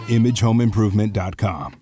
imagehomeimprovement.com